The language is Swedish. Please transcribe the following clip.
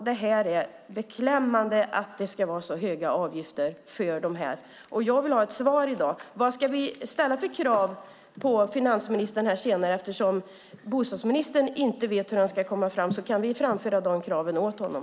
Det är beklämmande att det ska vara så höga avgifter för de här rummen. Jag vill ha ett svar i dag. Vad ska vi ställa för krav på finansministern senare i dag? Eftersom bostadsministern inte vet hur han ska nå fram kan vi framföra de kraven åt honom.